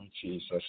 Jesus